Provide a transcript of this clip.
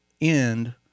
end